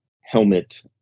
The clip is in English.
helmet